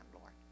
Lord